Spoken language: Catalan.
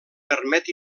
permet